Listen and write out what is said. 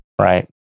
Right